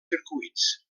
circuits